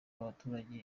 abaturage